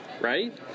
Right